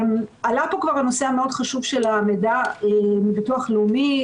עלה פה כבר הנושא החשוב מאוד של המידע מן הביטוח הלאומי.